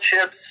Chips